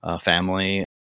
family